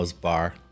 bar